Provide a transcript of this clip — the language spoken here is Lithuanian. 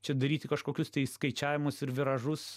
čia daryti kažkokius tai išskaičiavimus ir viražus